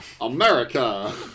AMERICA